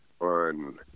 on